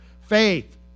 Faith